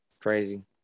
crazy